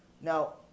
Now